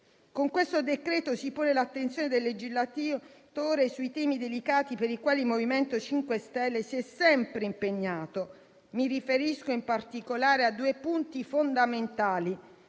in esame si pone l'attenzione del legislatore sui temi delicati per i quali il MoVimento 5 Stelle si è sempre impegnato. Mi riferisco, in particolare, a due punti fondamentali: